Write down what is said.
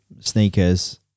sneakers